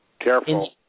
careful